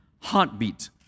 heartbeat